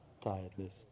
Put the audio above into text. tiredness